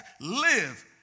live